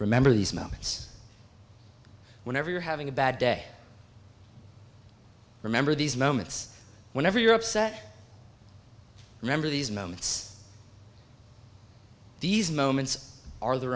remember these moments whenever you're having a bad day remember these moments whenever you're upset remember these moments these moments are the